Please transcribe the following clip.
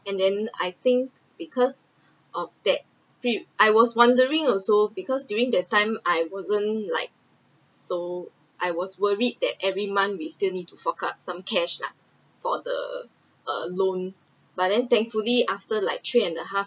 and then I think because of that feel I was wondering also because during that time I wasn’t like so I was worried that every month we still need to fork out some cash lah for the uh loan but then thankfully after like three and the half